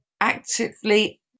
Actively